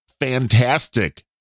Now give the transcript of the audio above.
fantastic